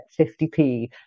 50p